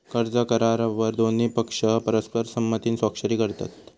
कर्ज करारावर दोन्ही पक्ष परस्पर संमतीन स्वाक्षरी करतत